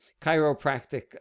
chiropractic